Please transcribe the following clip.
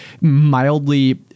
mildly